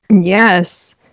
Yes